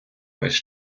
весь